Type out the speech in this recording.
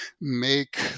make